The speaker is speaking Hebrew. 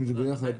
ביחד.